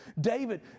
David